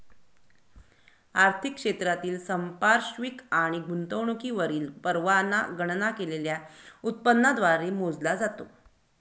आर्थिक क्षेत्रातील संपार्श्विक आणि गुंतवणुकीवरील परतावा गणना केलेल्या उत्पन्नाद्वारे मोजला जातो